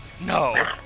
No